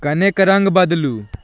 कनिक रङ्ग बदलू